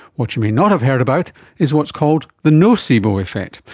what you may not have heard about is what is called the nocebo reflect.